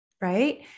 right